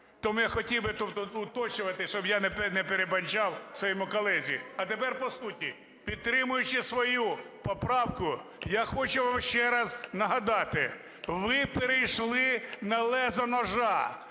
Тому я хотів би... уточнювати, щоб я не перебивав своєму колезі. А тепер по суті. Підтримуючи свою поправку, я хочу вам ще раз нагадати: ви перейшли на лезо ножа,